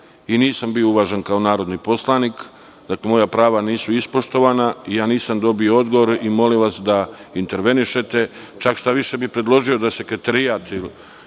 i nisam bio uvažen kao narodni poslanik. Dakle, moja prava nisu ispoštovana i ja nisam dobio odgovor i molio bih vas da intervenišete. Čak šta više bih predložio da Sekretarijat